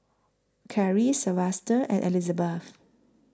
Caryl Silvester and Elizabeth